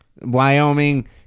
Wyoming